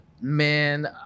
man